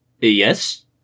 Yes